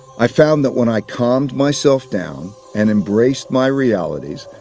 i found that when i calmed myself down and embraced my realities,